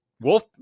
wolf